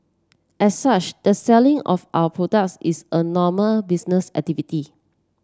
as such the selling of our products is a normal business activity